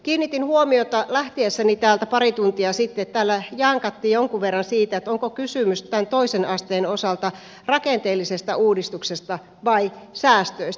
kiinnitin huomiota lähtiessäni täältä pari tuntia sitten että täällä jankattiin jonkun verran siitä onko kysymys toisen asteen osalta rakenteellisesta uudistuksesta vai säästöistä